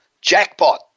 jackpot